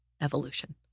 evolution